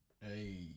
hey